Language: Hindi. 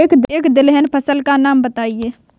एक दलहन फसल का नाम बताइये